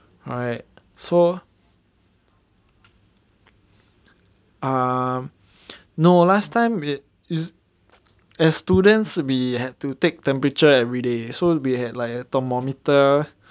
so ah no last time it is as students we had to take temperature every day so we had like a thermometer